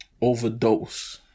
overdose